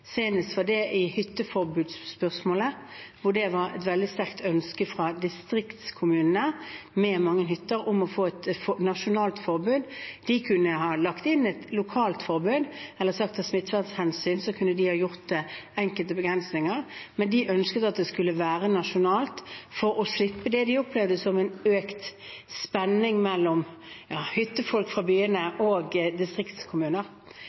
senest i forbindelse med hytteforbudsspørsmålet. Det var et veldig sterkt ønske fra distriktskommuner med mange hytter om å få et nasjonalt forbud. De kunne ha innført et lokalt forbud, og av smittevernhensyn kunne de ha gjort enkelte begrensninger, men de ønsket at dette skulle være nasjonalt for å slippe det de opplevde som en økt spenning mellom hyttefolk fra byene og distriktskommuner.